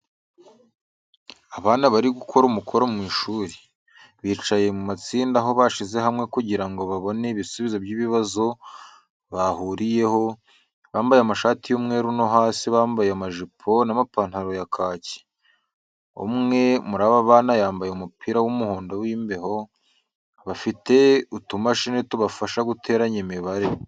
Abana bari gukora umukoro mu ishuri, bicaye mu matsinda aho bashize hamwe kugira babone ibisubizo by'ibibazo bahuriyeho, bambaye amashati y'umweru no hasi bambaye amajipo n'amapantaro ya kaki, umwe muri aba bana yambaye umupira w'umuhondo w'imbeho, bafite utumashini tubafasha guteranya imibare.